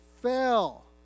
fell